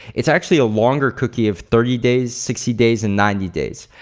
it's actually a longer cookie of thirty days, sixty days and ninety days.